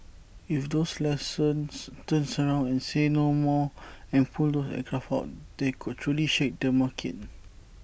if those lessors turn around and say 'no more' and pull those aircraft out that could truly shake the market